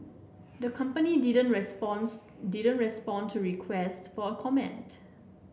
the company didn't responds didn't respond to requests for comment